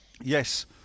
Yes